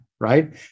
right